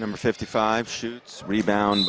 number fifty five shoots rebound